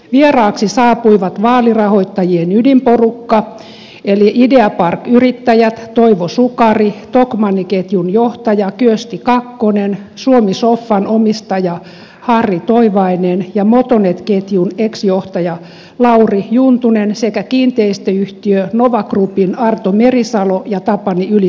vieraaksi saapui vaalirahoittajien ydinporukka eli ideapark yrittäjä toivo sukari tokmanni ketjun johtaja kyösti kakkonen suomi soffan omistaja harri toivainen ja motonet ketjun ex johtaja lauri juntunen sekä kiinteistöyhtiö nova groupin arto merisalo ja tapani yli saunamäki